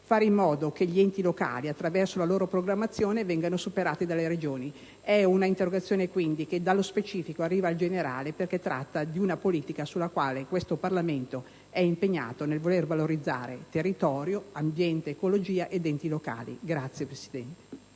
fare in modo che gli enti locali attraverso la loro programmazione vengano superati dalle Regioni. È un'interrogazione che dallo specifico arriva al generale, perché tratta di una politica sulla quale questo Parlamento è impegnato nel voler valorizzare territorio, ambiente, ecologia ed enti locali.